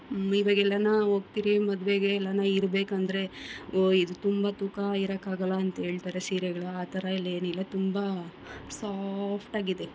ಇವಾಗ ಎಲ್ಲನಾ ಹೋಗ್ತಿರಿ ಮದುವೆಗೆ ಎಲ್ಲನ ಇರಬೇಕಂದ್ರೆ ಓ ಇದು ತುಂಬ ತೂಕ ಇರಕಾಗಲ್ಲ ಅಂತೇಳ್ತಾರೆ ಸೀರೆಗಳು ಆ ಥರ ಎಲ್ಲ ಏನಿಲ್ಲ ತುಂಬ ಸಾಫ್ಟಾಗಿದೆ